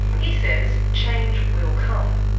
he says change will come.